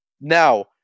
now